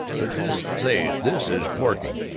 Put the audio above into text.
but this, say, this is corking!